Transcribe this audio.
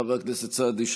חבר הכנסת סעדי,